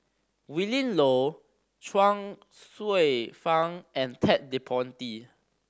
Willin Low Chuang Hsueh Fang and Ted De Ponti